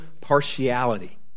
partiality